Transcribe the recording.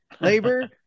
labor